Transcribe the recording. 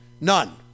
None